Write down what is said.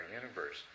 universe